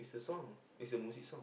it's a song it's a music song